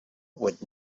would